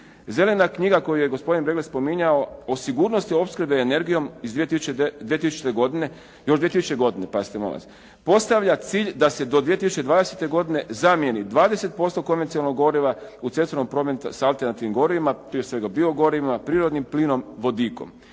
Zelena knjiga koju je gospodin Breglec spominjao o sigurnosti opskrbe energijom iz 2000. godine i od 2000. godine pazite molim vas, postavlja cilj da se do 2020. godine zamijeni 20% konvencionalnog goriva u cestovnom prometu s alternativnim gorivima, prije svega bio gorivima, prirodnim plinom, vodikom.